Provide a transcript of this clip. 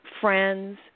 friends